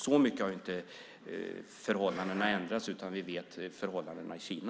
Så mycket har inte förhållandena ändrats, utan vi känner till förhållandena i Kina.